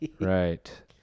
right